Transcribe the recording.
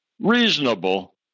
reasonable